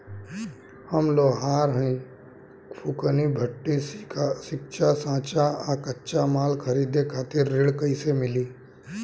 हम लोहार हईं फूंकनी भट्ठी सिंकचा सांचा आ कच्चा माल खरीदे खातिर ऋण कइसे मिली?